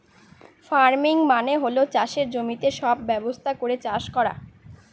farming মানে হল চাষের জমিতে সব ব্যবস্থা করে চাষ করা